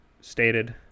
stated